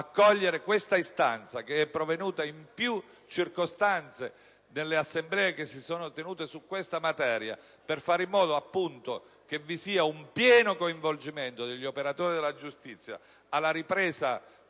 accogliere questa istanza, che è pervenuta in più circostanze nelle assemblee che si sono tenute su questa materia, per fare in modo che vi sia un pieno coinvolgimento degli operatori della giustizia alla ripresa